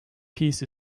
peace